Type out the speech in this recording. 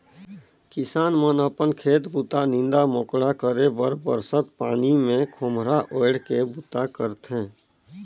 किसान मन अपन खेत बूता, नीदा मकोड़ा करे बर बरसत पानी मे खोम्हरा ओएढ़ के बूता करथे